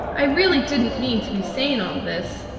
i really didn't mean to be saying all this.